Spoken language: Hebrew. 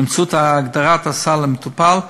באמצעות הגדרת הסל למטופל,